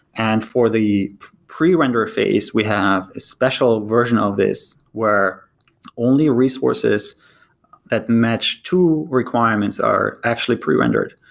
and for the pre-rendered phase, we have a special version of this where only resources that match two requirements are actually pre-rendered.